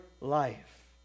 life